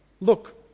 look